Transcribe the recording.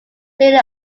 clearly